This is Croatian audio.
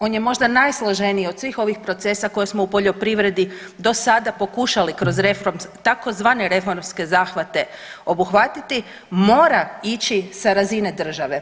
On j možda najsloženiji od svih ovih procesa koje smo u poljoprivredi do sada pokušali kroz tzv. reformske zahvate obuhvatiti mora ići sa razini države.